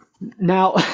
Now